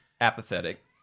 Apathetic